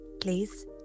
please